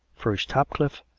first topcliffe,